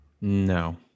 No